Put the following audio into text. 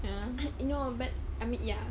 ya you know but I mean ya